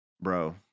bro